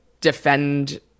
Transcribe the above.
defend